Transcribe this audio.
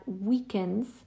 weakens